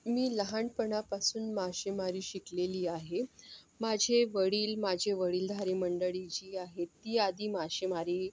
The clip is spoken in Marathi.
मी लहानपणापासून मासेमारी शिकलेली आहे माझे वडील माझे वडीलधारी मंडळी जी आहे ती आधी मासेमारी